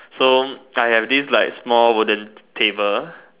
so I have this like small wooden table